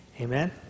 Amen